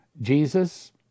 Jesus